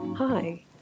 Hi